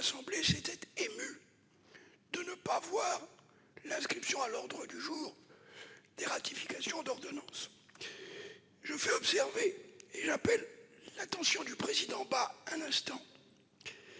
assemblées s'étaient émues de ne pas voir inscrites à l'ordre du jour des ratifications d'ordonnances. Je me permets d'appeler l'attention du président Bas un instant,